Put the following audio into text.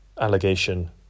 allegation